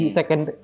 Second